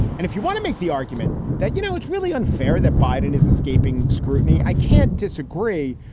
and if you want to make the argument that, you know, it's really unfair that biden is escaping scrutiny. i can't disagree.